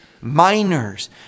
Miners